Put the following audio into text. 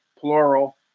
plural